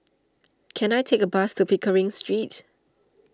can I take a bus to Pickering Street